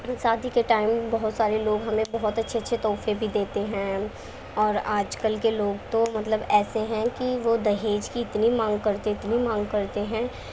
شادی کے ٹائم بہت سارے لوگ ہمیں بہت اچھے اچھے تحفے بھی دیتے ہیں اور آج کل کے لوگ تو مطلب ایسے ہیں کہ وہ دہیج کی اتنی مانگ کرتے اتنی مانگ کرتے ہیں